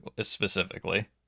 specifically